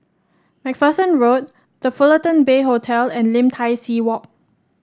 MacPherson Road The Fullerton Bay Hotel and Lim Tai See Walk